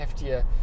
heftier